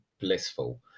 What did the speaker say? blissful